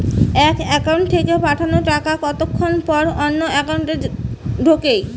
এক একাউন্ট থেকে পাঠানো টাকা কতক্ষন পর অন্য একাউন্টে ঢোকে?